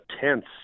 tense